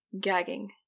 gagging